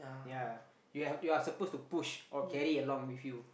yea you've you're supposed to push or carry along with you